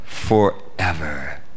forever